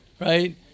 right